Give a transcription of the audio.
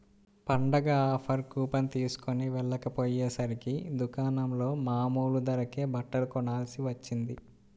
పండగ offer coupon తీస్కొని వెళ్ళకపొయ్యేసరికి దుకాణంలో మామూలు ధరకే బట్టలు కొనాల్సి వచ్చింది